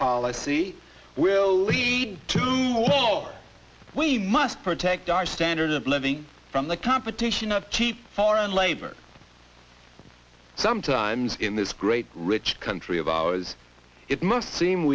policy will lead to our we must protect our standard of living from the competition of cheap foreign labor sometimes in this great rich country of ours it must seem